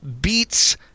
beats